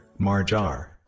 Marjar